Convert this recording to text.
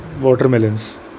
watermelons